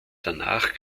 danach